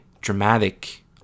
dramatic